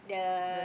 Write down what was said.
the